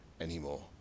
anymore